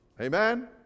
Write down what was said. Amen